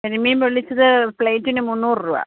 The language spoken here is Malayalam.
കരിമീൻ പൊള്ളിച്ചത് പ്ലേറ്റിന് മുന്നൂറ് രൂപ